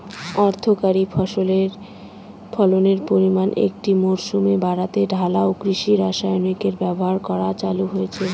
অর্থকরী ফসলের ফলনের পরিমান একটি মরসুমে বাড়াতে ঢালাও কৃষি রাসায়নিকের ব্যবহার করা চালু হয়েছে